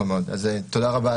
תודה רבה,